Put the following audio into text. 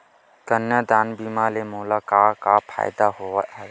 कन्यादान बीमा ले मोला का का फ़ायदा हवय?